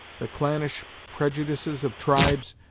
the clannish prejudices of tribes,